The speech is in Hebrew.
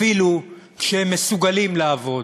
אפילו כשהם מסוגלים לעבוד,